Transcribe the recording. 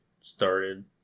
Started